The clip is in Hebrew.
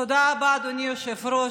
תודה רבה, אדוני היושב-ראש.